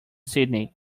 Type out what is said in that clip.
sydney